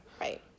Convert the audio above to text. Right